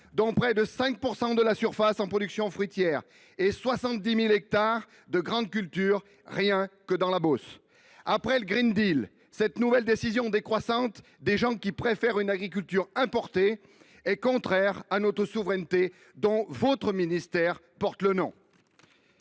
dont près de 5 % de la surface en production fruitière et 70 000 hectares de grandes cultures pour la seule Beauce. Après le, cette nouvelle décision décroissante de gens qui préfèrent une agriculture importée est contraire à notre souveraineté, dont votre ministère porte le nom.